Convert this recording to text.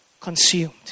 Consumed